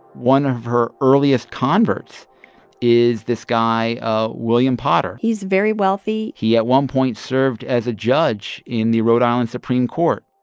one of her earliest converts is this guy ah william potter he's very wealthy he, at one point, served as a judge in the rhode island supreme court.